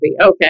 okay